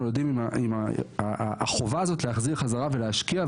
נולדים עם החובה הזאת להחזיר חזרה ולהשקיע,